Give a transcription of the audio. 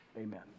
Amen